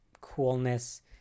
coolness